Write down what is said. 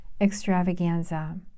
extravaganza